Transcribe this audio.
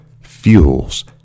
fuels